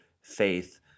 faith